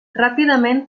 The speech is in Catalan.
ràpidament